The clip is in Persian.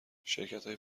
شرکتای